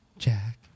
Jack